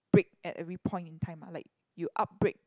brake at every point in time uh like you up brake